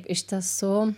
iš tiesų